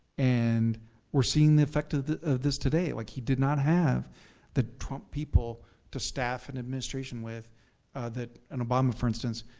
and we're seeing the effect of this today. like he did not have the trump people to staff an administration with that an obama, for instance,